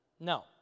no